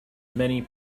many